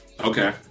Okay